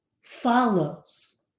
follows